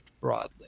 broadly